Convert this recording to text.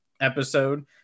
episode